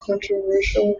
controversial